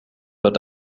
wird